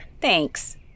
Thanks